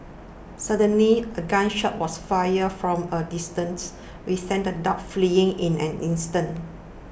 suddenly a gun shot was fired from a distance which sent the dogs fleeing in an instant